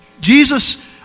Jesus